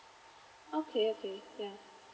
okay okay yeah